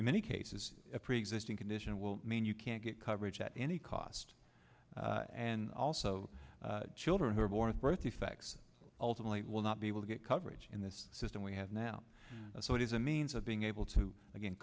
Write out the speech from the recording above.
in many cases a preexisting condition will mean you can't get coverage at any cost and also children who are born with birth defects ultimately will not be able to get coverage in this system we have now so it is a means of being able to again